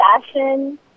fashion